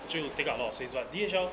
就 take up a lot of space but D_H_L